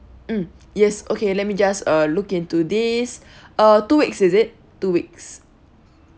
mm yes okay let me just uh look into this uh two weeks is it two weeks